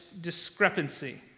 discrepancy